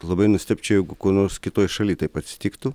labai nustebčiau jeigu kur nors kitoj šaly taip atsitiktų